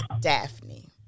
Daphne